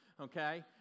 okay